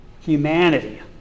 humanity